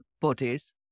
bodies